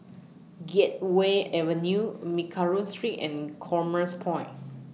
Gateway Avenue Mccallum Street and Commerce Point